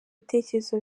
ibitekerezo